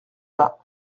bas